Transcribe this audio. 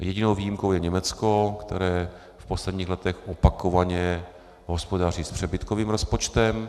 Jedinou výjimkou je Německo, které v posledních letech opakovaně hospodaří s přebytkovým rozpočtem.